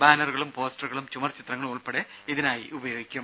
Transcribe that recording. ബാനറുകളും പോസ്റ്ററുകളും ചുമർ ചിത്രങ്ങളും ഉൾപ്പെടെ ഇതിനായി ഉപയോഗിക്കും